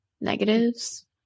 Negatives